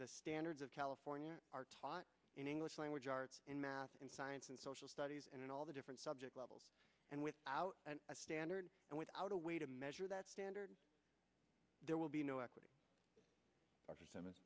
standards of california are taught in english language arts in math and science and social studies and all the different subject levels and without a standard and without a way to measure that standard there will be no equity